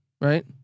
Right